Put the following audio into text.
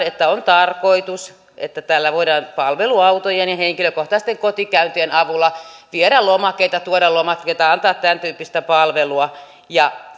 että on tarkoitus että voidaan palveluautojen ja henkilökohtaisten kotikäyntien avulla viedä lomakkeita tuoda lomakkeita antaa tämäntyyppistä palvelua ja